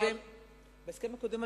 בהסכם הקודם,